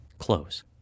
close